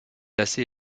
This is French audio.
assez